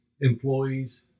employees